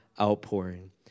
outpouring